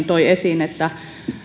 toi esiin että